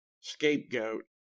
scapegoat